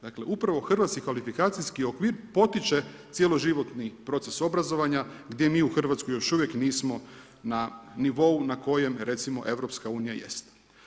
Dakle, upravo hrvatski kvalifikacijski okvir potiče cjeloživotni proces obrazovanja gdje mi u Hrvatskoj još uvijek nismo na nivou na kojem recimo EU jeste.